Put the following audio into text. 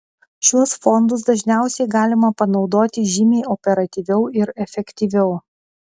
šiuos fondus dažniausiai galima panaudoti žymiai operatyviau ir efektyviau